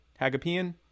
Hagopian